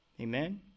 Amen